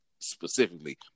specifically